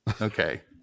Okay